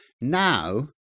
now